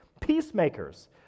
peacemakers